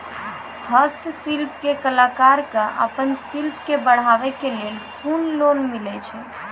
हस्तशिल्प के कलाकार कऽ आपन शिल्प के बढ़ावे के लेल कुन लोन मिलै छै?